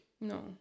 No